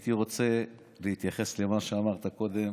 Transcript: הייתי רוצה להתייחס למה שאמרת קודם.